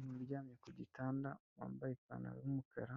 Umuntu uryamye ku gitanda wambaye ipantaro y'umukara,